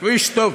הוא איש טוב.